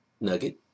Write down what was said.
nugget